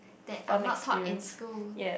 that are not taught in school